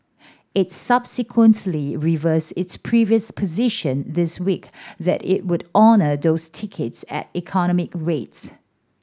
it subsequently reversed its previous position this week that it would honour those tickets at economy rates